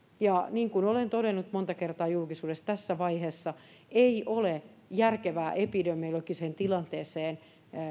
ja niin kuin olen todennut monta kertaa julkisuudessa tässä vaiheessa ei ole järkevää epidemiologiseen tilanteeseen